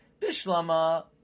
Bishlama